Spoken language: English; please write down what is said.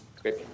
Great